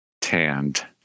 Tanned